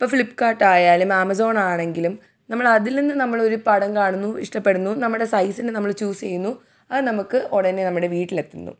ഇപ്പം ഫ്ലിപ്ക്കാർട്ട് ആയാലും ആമസോൺ ആണെങ്കിലും നമ്മൾ അതിൽ നിന്ന് നമ്മൾ ഒരു പടം കാണുന്നു ഇഷ്ടപ്പെടുന്നു നമ്മുടെ സൈസിന് നമ്മൾ ചൂസ് ചെയ്യുന്നു അത് നമുക്ക് ഉടനെ നമ്മുടെ വീട്ടിൽ എത്തുന്നു